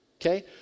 okay